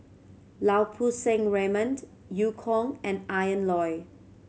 Lau Poo Seng Raymond Eu Kong and Ian Loy